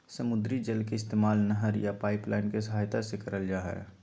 समुद्री जल के इस्तेमाल नहर या पाइपलाइन के सहायता से करल जा हय